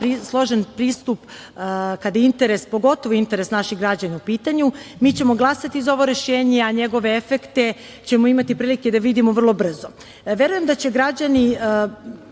složen pristup kada je interes naših građana u pitanju, mi ćemo glasati za ovo rešenje, jer njegove efekte ćemo imati prilike da vidimo vrlo brzo. Verujem da će građani